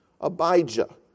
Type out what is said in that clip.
Abijah